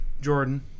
Jordan